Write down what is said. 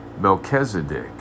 Melchizedek